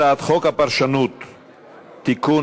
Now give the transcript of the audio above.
הצעת חוק הפרשנות (תיקון,